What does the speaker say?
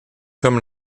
comme